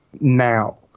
now